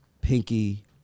Pinky